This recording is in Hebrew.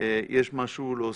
יש משהו להוסיף?